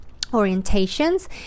orientations